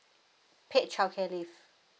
paid childcare leave